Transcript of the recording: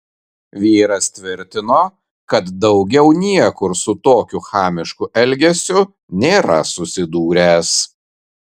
vyras tvirtino kad daugiau niekur su tokiu chamišku elgesiu nėra susidūręs